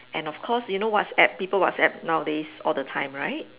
and of course you know WhatsApp people WhatsApp nowadays all the time right